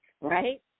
Right